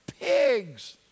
pigs